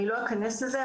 אני לא אכנס לזה,